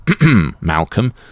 Malcolm